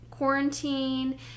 Quarantine